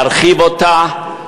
להרחיב אותה,